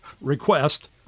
request